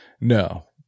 No